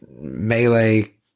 Melee